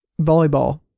volleyball